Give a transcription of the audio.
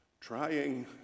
Trying